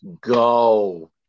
go